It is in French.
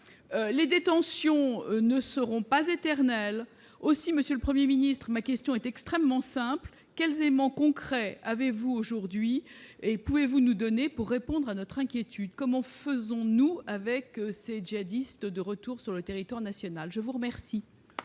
les détentions ne seront pas éternelles aussi Monsieur le 1er ministre ma question est extrêmement simple : quels éléments concrets, avez-vous aujourd'hui et pouvez-vous nous donner pour répondre à notre inquiétude comment faisons-nous avec ces djihadistes de retour sur le territoire national, je vous remercie.